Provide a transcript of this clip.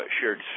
shared